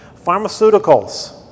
Pharmaceuticals